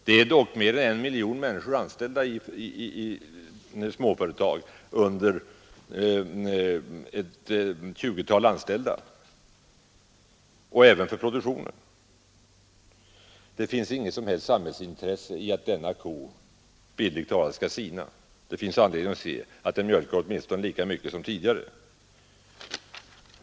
I småföretag med färre än 20 anställda finns det dock tillsammans mer än 1 miljon anställda. Småföretagen är betydelsefulla även för produktionen. Det finns inget som helst samhällsintresse av att denna ko bildligt talat skall sina; det finns anledning se till att den mjölkar åtminstone lika mycket som tidigare.